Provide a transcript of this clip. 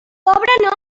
pobre